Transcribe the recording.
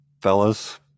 Fellas